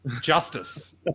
Justice